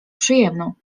przyjemną